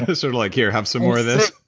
sort of like, here, have some more of this.